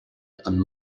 and